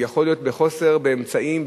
יכול להיות חוסר באמצעים,